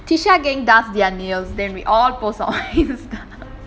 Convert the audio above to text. tisha gang does their nails then we all post up on Instagram